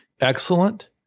excellent